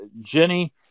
Jenny